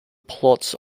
plots